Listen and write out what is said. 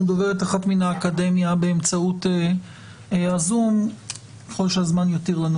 דוברת אחת מהאקדמיה באמצעות הזום ככל שהזמן יתיר לנו.